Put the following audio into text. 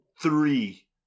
three